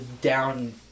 down